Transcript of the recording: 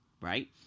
right